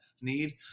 need